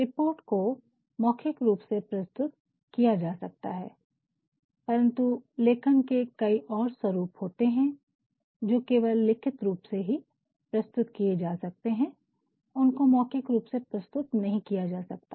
report को मौखिक रूप से प्रस्तुत किया जा सकता है परंतु लेखन के कई और स्वरूप होते हैं जो केवल लिखित रूप से ही प्रस्तुत किए जा सकते हैं उनको मौखिक रूप से प्रस्तुत नहीं किया जा सकता